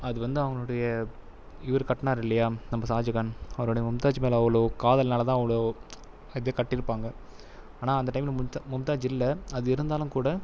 அது வந்து அவங்களுடைய இவர் கட்டுனாரு இல்லையா நம்ம ஷாஜகான் அவரோட மும்தாஜ் மேளே அவளோ காதல்னாலதான் அவளோ இதை கட்டியிருப்பாங்க ஆனால் அந்த டைம்மில் மும்த மும்தாஜ் இல்லை அது இருந்தாலும் கூட